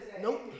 Nope